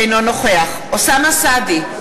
אינו נוכח אוסאמה סעדי,